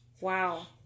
Wow